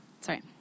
Sorry